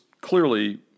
clearly